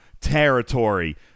Territory